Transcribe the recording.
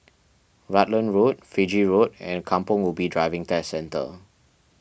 Rutland Road Fiji Road and Kampong Ubi Driving Test Centre